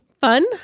Fun